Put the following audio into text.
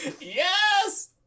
Yes